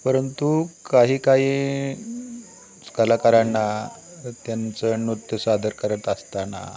परंतु काही काही कलाकारांना त्यांचं नृत्य सादर करत असताना